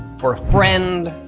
for a friend,